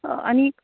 आं आनी